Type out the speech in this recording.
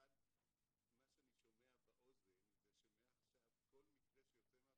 אבל מה שאני שומע באוזן זה שמעכשיו כל מקרה שיוצא מהוועדה,